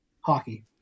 hockey